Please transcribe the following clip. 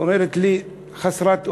היא אומרת לי, חסרת אונים: